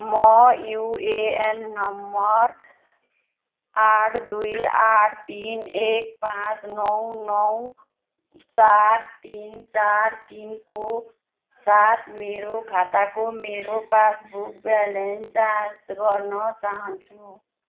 म UAN number आठ दुई आठ तिन एक पाँच नौ नौ चार तिन चार तिनको साथ मेरो खाताको मेरो पासबुक ब्यालेन्स जाँच गर्न चाहन्छु